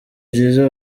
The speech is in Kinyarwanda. byiza